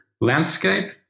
landscape